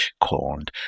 called